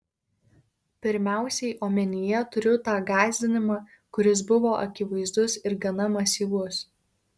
pirmiausiai omenyje turiu tą gąsdinimą kuris buvo akivaizdus ir gana masyvus